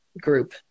group